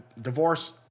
divorce